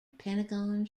pentagon